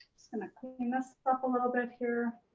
just gonna clean this up a little bit here.